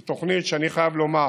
אני חייב לומר